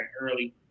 early